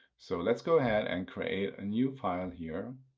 so let's go ahead and create a new file here.